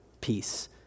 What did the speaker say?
peace